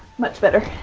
much better.